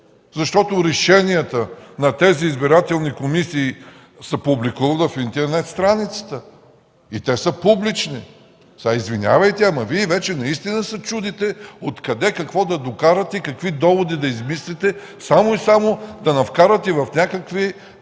защото решенията на тези избирателни комисии се публикуват в интернет страницата и те са публични. Извинявайте, но Вие вече наистина се чудите откъде, какво да докарате, какви доводи да измислите, само и само да ни вкарате в някакви